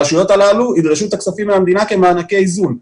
הרשויות הללו ידרשו את הכספים מהמדינה כמענקי איזון.